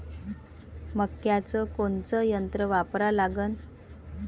मक्याचं कोनचं यंत्र वापरा लागन?